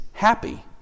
Happy